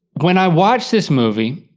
when i watched this movie,